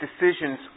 decisions